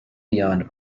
beyond